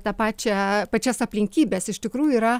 tą pačią pačias aplinkybes iš tikrųjų yra